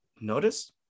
notice